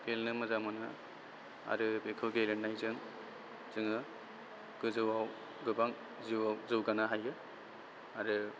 गेलेनो मोजां मोनो आरो बेखौ गेलेनायजों जोङो गोजौआव गोबां जिउआव जौगानो हायो आरो